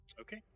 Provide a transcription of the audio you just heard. Okay